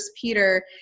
Peter